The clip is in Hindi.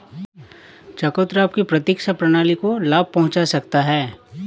चकोतरा आपकी प्रतिरक्षा प्रणाली को लाभ पहुंचा सकता है